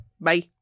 Bye